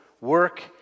work